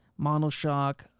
monoshock